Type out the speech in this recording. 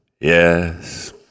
yes